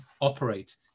operate